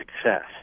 success